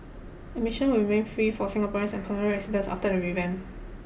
admission will remain free for Singaporeans and permanent residents after the revamp